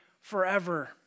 forever